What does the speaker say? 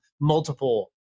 multiple